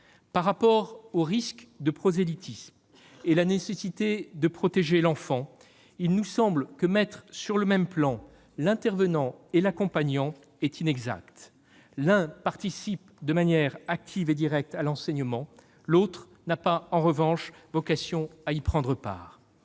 S'agissant du risque de prosélytisme et de la nécessité de protéger l'enfant, il nous semble que mettre sur le même plan l'intervenant et l'accompagnant est inexact. L'un participe de manière active et directe à l'enseignement, l'autre n'a pas, en revanche, vocation à y prendre part.